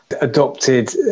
adopted